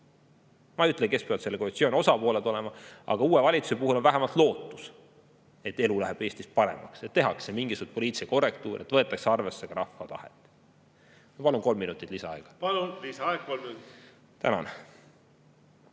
Ma ei ütle, kes peavad selle koalitsiooni osapooled olema, aga uue valitsuse puhul oleks vähemalt lootus, et elu Eestis läheks paremaks, et tehtaks mingisuguseid poliitilisi korrektuure, et võetaks arvesse ka rahva tahet. Ma palun kolm minutit lisaaega. Palun, lisaaeg kolm minutit! Tänan!